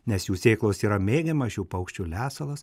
nes jų sėklos yra mėgiamas šių paukščių lesalas